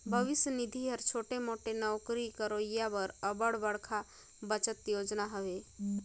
भविस निधि हर छोटे मोटे नउकरी करोइया बर अब्बड़ बड़खा बचत योजना हवे